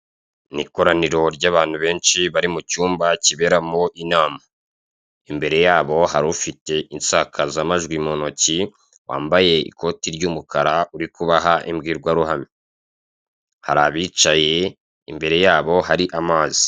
Ni ikoraniro ry'abantu benshi bari mu cyumba kiberamo inama. Imbere yabo hari ufite insakazamajwi mu ntoki, wambaye ikote ry'umukara uri kubaha imbwirwaruhame. Hari abicaye imbere yabo hari amazi.